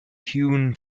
hewn